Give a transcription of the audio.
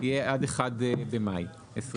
יהיה עד 1 במאי 2024,